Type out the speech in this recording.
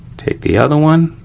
take the other one